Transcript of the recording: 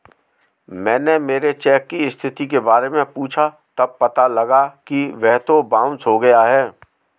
मैंने मेरे चेक की स्थिति के बारे में पूछा तब पता लगा कि वह तो बाउंस हो गया है